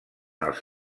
els